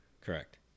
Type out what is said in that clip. correct